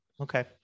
Okay